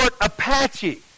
Apache